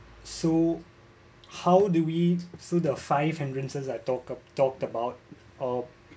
so how do we see the five hindrances I talk uh talked about uh